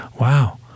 Wow